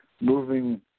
moving